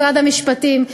משרד המשפטים,